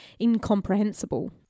incomprehensible